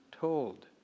told